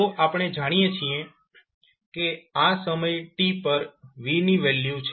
તો આપણે જાણીએ છીએ કે આ સમય t પર v ની વેલ્યુ છે